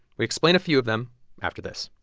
we explain a few of them after this